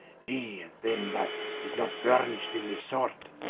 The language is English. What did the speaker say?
he then, that is not furnish'd in this sort,